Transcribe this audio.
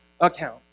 account